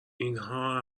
اینها